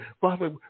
Father